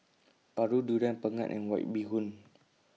Paru Durian Pengat and White Bee Hoon